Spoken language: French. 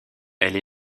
elle